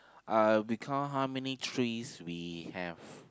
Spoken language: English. uh we count how many trees we have